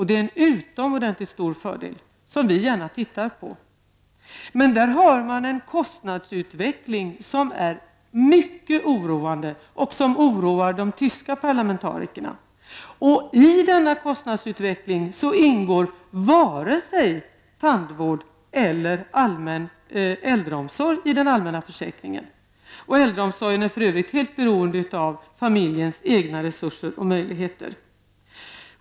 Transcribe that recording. Det är en utomordentligt stor fördel, som vi gärna tittar på. Man har dock en kostnadsutveckling som är mycket oroande och som oroar de tyska parlamentarikerna. I denna kostnadsutveckling ingår varken tandvård eller allmän äldreomsorg i den allmänna försäkringen. Äldreomsorgen är för övrigt helt beroende av familjens egna resurser och möjligheter.